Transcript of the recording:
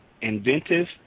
inventive